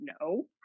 no